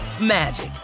magic